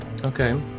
Okay